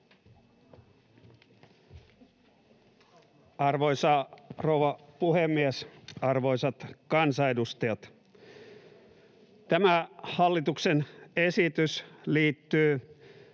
Arvoisa rouva puhemies! Arvoisat kansanedustajat! Tämä hallituksen esitys liittyy